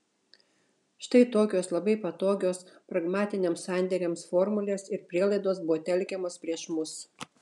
štai tokios labai patogios pragmatiniams sandėriams formulės ir prielaidos buvo telkiamos prieš mus